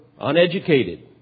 uneducated